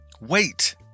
Wait